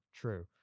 true